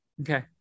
Okay